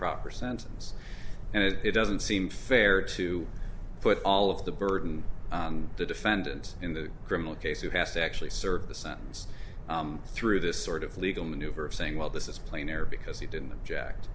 proper sentence and it doesn't seem fair to put all of the burden on the defendant in the criminal case who has to actually serve the sentence through this sort of legal maneuver of saying well this is playing there because he didn't object